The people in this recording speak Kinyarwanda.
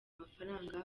amafaranga